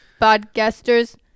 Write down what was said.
podcasters